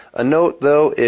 a note though,